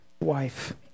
wife